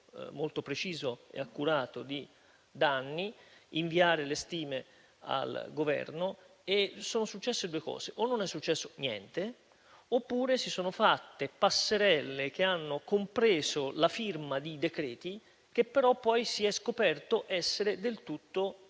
molto preciso e accurato di danni, inviare le stime al Governo e sono successe due cose: o non è successo niente oppure si sono fatte passerelle che hanno compreso la firma di decreti, che però poi si è scoperto essere del tutto